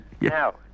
now